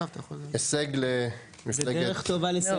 הישג למפלגת "יש עתיד".